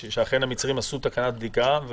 שהמצרים אכן עשו תחנת בדיקה.